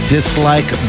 Dislike